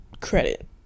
credit